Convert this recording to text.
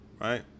right